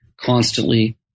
constantly